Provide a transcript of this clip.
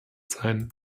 sein